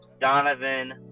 Donovan